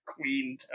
queen